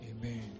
Amen